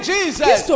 Jesus